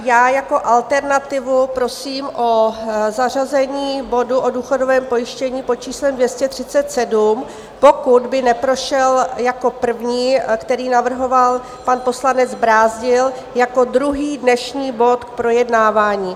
Já jako alternativu prosím o zařazení bodu o důchodovém pojištění pod číslem 237: pokud by neprošel jako první, který navrhoval pan poslanec Brázdil, jako druhý dnešní bod k projednávání.